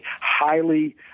highly